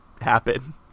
happen